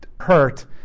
hurt